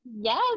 Yes